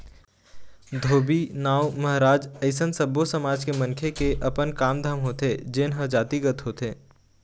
धोबी, नाउ, महराज अइसन सब्बो समाज के मनखे के अपन काम धाम होथे जेनहा जातिगत होथे